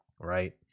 Right